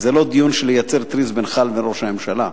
וזה לא דיון לייצר טריז בינך לבין ראש הממשלה,